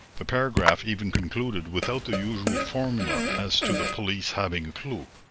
the paragraph even concluded without the usual formula as to the police having a clew.